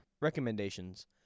Recommendations